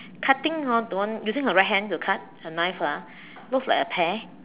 cutting hor don't using my right hand to cut the knife lah looks like a pear